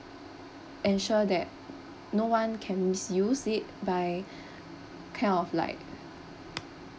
ensure that no one can misuse it by kind of like